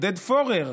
עודד פורר: